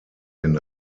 den